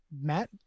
Matt